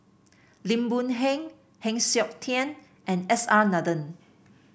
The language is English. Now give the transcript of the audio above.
Lim Boon Heng Heng Siok Tian and S R Nathan